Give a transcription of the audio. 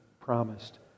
promised